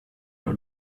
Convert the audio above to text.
her